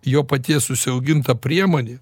jo paties užsiauginta priemonė